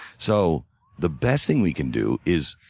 so the best thing we can do is,